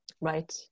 Right